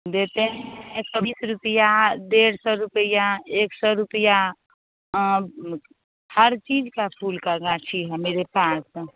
देते हैं एक सौ बीस रुपये डेढ़ सौ रुपये एक सौ रुपये म हर चीज़ का फूल का गाछी है मेरे पास